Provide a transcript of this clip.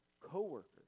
coworkers